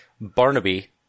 Barnaby